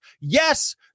yes